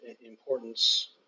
importance